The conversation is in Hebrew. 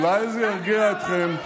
אולי זה ירגיע אתכם.